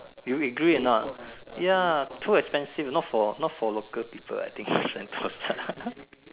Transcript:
you agree or not ya too expensive not for not for local people I think Sentosa